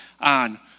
on